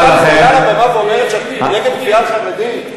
ועולה על הבמה ואומרת שאת נגד כפייה על חרדים?